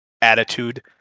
attitude